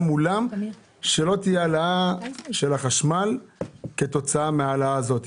מולם שלא תהיה העלאה של החשמל כתוצאה מההעלאה הזאת?